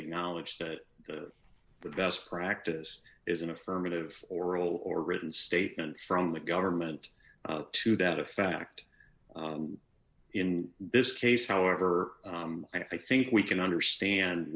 acknowledge that the best practice is an affirmative oral or written statements from the government to that effect in this case however i think we can understand